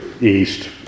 East